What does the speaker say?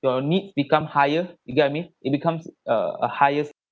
you needs become higher you got I mean it becomes uh uh highest